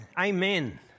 Amen